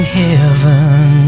heaven